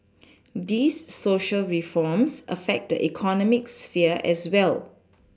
these Social reforms affect the economic sphere as well